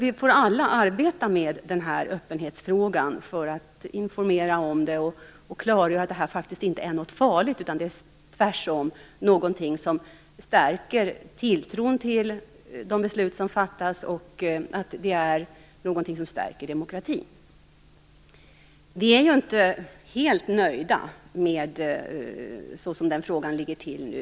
Vi får alla arbeta med öppenhetsfrågan, informera om den och klargöra att öppenhet faktiskt inte är något farligt utan tvärtom någonting som stärker tilltron till besluten som fattas och stärker demokratin. Vi är inte helt nöjda med hur frågan ligger till nu.